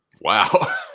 Wow